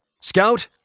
Scout